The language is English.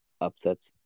upsets